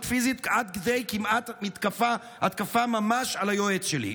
פיזית עד כדי התקפה ממש על היועץ שלי.